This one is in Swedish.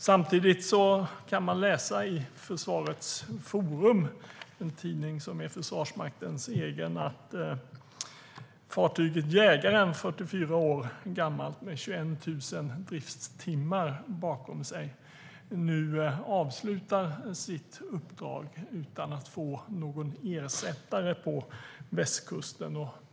Samtidigt kan man läsa i Försvarets forum, en tidning som är Försvarsmaktens egen, att verksamheten med fartyget Jägaren, 44 år gammalt med 21 000 driftstimmar bakom sig, på västkusten nu avslutas utan att ersättas.